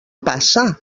passa